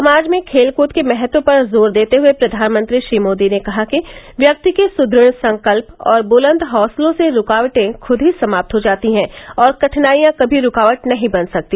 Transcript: समाज में खेलकूद के महत्व पर जोर देते हुए प्रधानमंत्री श्री मोदी ने कहा कि व्यक्ति के सुदृढ़ संकल्प और बुलंद हैंसलों से रूकावटें खुद ही समाप्त हो जाती हैं और कठिनाइयां कमी रूकावट नही बन सकती